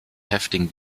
heftigen